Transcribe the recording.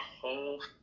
whole